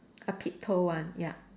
a peep toe one ya